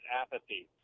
apathy